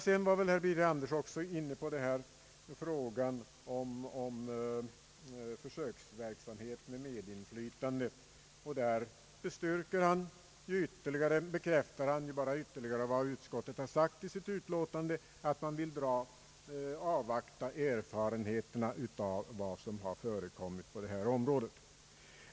Sedan var herr Birger Andersson också inne på frågan om försöksverksamhet med medinflytande. Där bekräftar han bara ytterligare vad utskottet sagt i sitt utlåtande, att man vill avvakta erfarenheterna av vad som har förekommit på detta område.